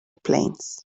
planes